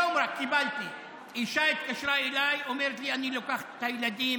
רק היום אישה התקשרה אליי ואמרה לי: אני לוקחת את הילדים